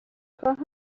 خواهم